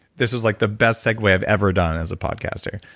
this is like the best segue i've ever done as a podcaster.